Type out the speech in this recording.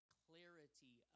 clarity